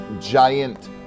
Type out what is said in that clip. giant